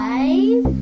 Five